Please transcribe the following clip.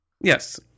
yes